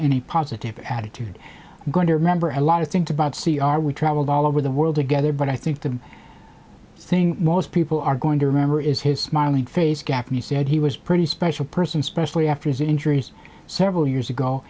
a positive attitude going to remember a lot of things about c r we traveled all over the world together but i think the thing most people are going to remember is his smiling face gaffney said he was pretty special person especially after his injuries several years ago